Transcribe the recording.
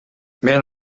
мен